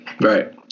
Right